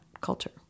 culture